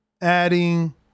adding